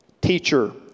Teacher